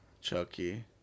Chucky